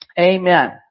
amen